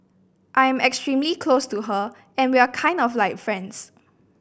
I am extremely close to her and we are kind of like friends